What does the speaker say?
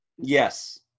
Yes